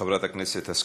חברת הכנסת השכל,